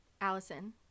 Allison